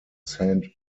saint